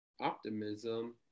Optimism